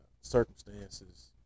circumstances